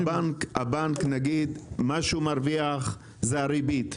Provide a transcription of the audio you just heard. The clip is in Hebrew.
אבל מצד שני הוא לוקח --- מה שהבנק מרוויח זה הריבית,